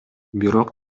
бирок